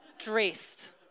dressed